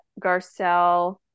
Garcelle